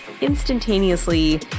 instantaneously